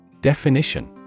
Definition